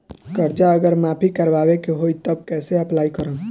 कर्जा अगर माफी करवावे के होई तब कैसे अप्लाई करम?